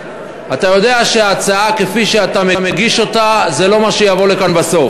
אתה יודע שההצעה כפי שאתה מגיש אותה זה לא מה שיבוא לכאן בסוף,